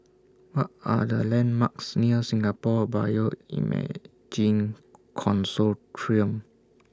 What Are The landmarks near Singapore Bioimaging Consortium